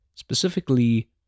specifically